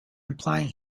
implying